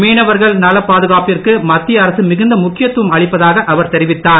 மீனவர்களின் நலப் பாதுகாப்பிற்கு மத்திய அரசு மிகுந்த முக்கியத்துவம் அளிப்பதாக அவர் தெரிவித்தார்